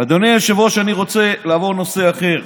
אדוני היושב-ראש, אני רוצה לעבור לנושא אחר.